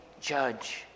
judge